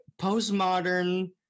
postmodern